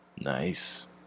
Nice